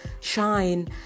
Shine